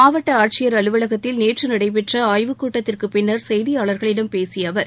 மாவட்ட ஆட்சியர் அலுவலகத்தில் நேற்று நடைபெற்ற ஆய்வுக்கூட்டத்திற்குப் பின்னர் செய்தியாளர்களிடம் பேசிய அவர்